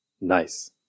nice